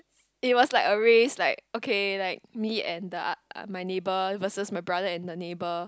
it was like a raise like okay like me and the my neighbour it was a my brother and the neighbour